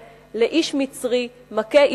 ל"איש מצרי מכה איש עברי".